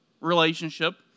relationship